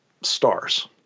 stars